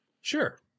Sure